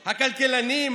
הכלכלנים,